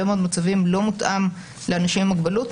מאוד מצבים לא מותאם לאנשים עם מוגבלות,